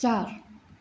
चार